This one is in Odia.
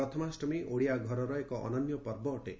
ପ୍ରଥମାଷ୍ଟମୀ ଓଡ଼ିଆ ଘରର ଏକ ଅନନ୍ୟ ପର୍ବ ଅଟେ